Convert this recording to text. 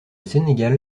sénégal